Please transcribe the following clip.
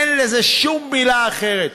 אין לזה שום מילה אחרת.